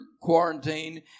quarantined